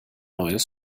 neues